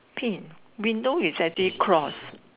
paint window is actually cross